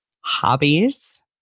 Hobbies